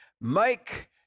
Mike